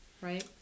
right